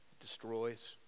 destroys